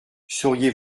sauriez